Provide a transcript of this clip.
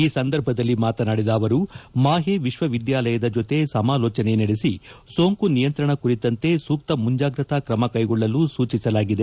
ಈ ಸಂದರ್ಭದಲ್ಲಿ ಮಾತನಾಡಿದ ಅವರು ಮಾಹೆ ವಿಶ್ವವಿದ್ದಾಲಯದ ಜತೆ ಸಮಾಲೋಚನೆ ನಡೆಸಿ ಸೋಂಕು ನಿಯಂತ್ರಣ ಕುರಿತಂತೆ ಸೂಕ್ತ ಮುಂಜಾಗ್ರತಾ ಕ್ರಮ ಕೈಗೊಳ್ಳಲು ಸೂಚಿಸಲಾಗಿದೆ